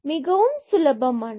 மிகவும் சுலபமானது